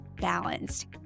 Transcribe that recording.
balanced